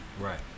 Right